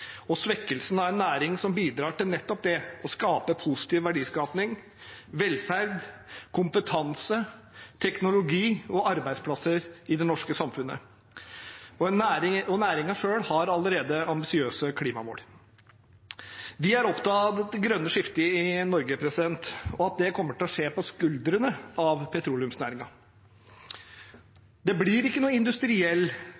og svekkelsen av en næring som bidrar til nettopp det: positiv verdiskaping, velferd, kompetanse, teknologi og arbeidsplasser i det norske samfunnet. Og næringen selv har allerede ambisiøse klimamål. Vi er opptatt av det grønne skiftet i Norge og at det kommer til å skje på skuldrene til petroleumsnæringen. Det blir ikke noen industriell fangst og lagring av